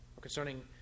Concerning